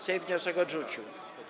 Sejm wniosek odrzucił.